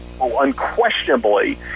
unquestionably